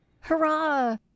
hurrah